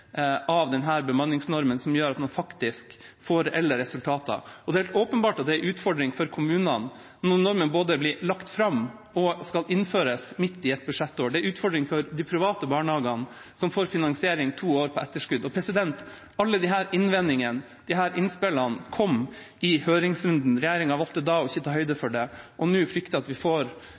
av denne bemanningsnormen som gjør at man faktisk får resultater. Det er helt åpenbart en utfordring for kommunene når normen både blir lagt fram og skal innføres midt i et budsjettår, og en utfordring for de private barnehagene som får finansiering to år på etterskudd. Alle disse innvendingene og innspillene kom i høringsrunden. Regjeringa valgte da ikke å ta høyde for det, og nå frykter jeg at vi får